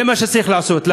זה מה שצריך לעשות.